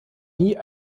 nie